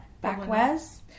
backwards